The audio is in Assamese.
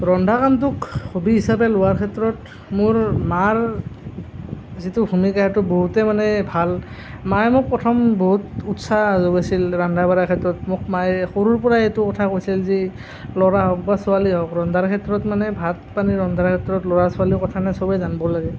ৰন্ধা কামটোক হ'বী হিচাপে লোৱাৰ ক্ষেত্ৰত মোৰ মাৰ যিটো ভূমিকা সেইটো বহুতেই মানে ভাল মায়ে মোক প্ৰথম বহুত উৎসাহ যোগাইছিল ৰন্ধা বঢ়াৰ ক্ষেত্ৰত মোক মায়ে সৰুৰ পৰাই এইটো কথা কৈছে যে ল'ৰা হওক বা ছোৱালী হওক ৰন্ধাৰ ক্ষেত্ৰত মানে ভাত পানী ৰন্ধাৰ ক্ষেত্ৰত ল'ৰা ছোৱালীৰ কথা নাই সবে জানিব লাগে